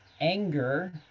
anger